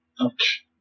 Ouch